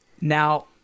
Now